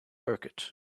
burkett